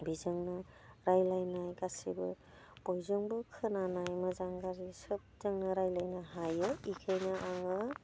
बेजोंनो रायज्लायनाय गासैबो बयजोंबो खोनानाय मोजां गाज्रि सबजोंनो रायज्लायनो हायो बेनिखायनो आङो